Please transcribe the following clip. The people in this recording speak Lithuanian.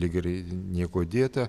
lyg ir niekuo dėta